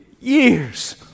years